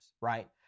Right